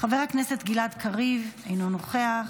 חבר הכנסת גלעד קריב, אינו נוכח,